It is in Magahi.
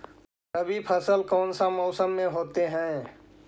रवि फसल कौन सा मौसम में होते हैं?